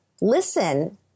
listen